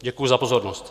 Děkuji za pozornost.